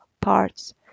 parts